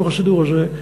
לתוך הסידור הזה,